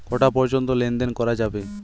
কটা পর্যন্ত লেন দেন করা যাবে?